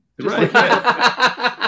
Right